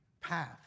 path